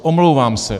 Omlouvám se.